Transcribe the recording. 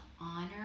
honor